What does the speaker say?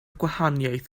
gwahaniaeth